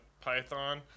python